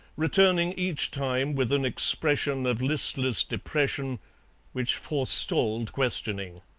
returning each time with an expression of listless depression which forestalled questioning.